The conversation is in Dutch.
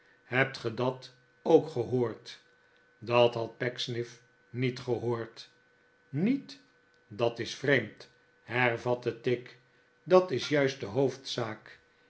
hebt gij dat ook gehoord dat had pecksniff niet gehoord niet dat is vreemd hervatte tigg dat is juist de hoofdzaak